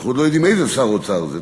אנחנו עוד לא יודעים איזה שר אוצר זה,